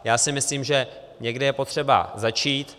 Já si myslím, že někde je potřeba začít.